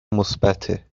مثبته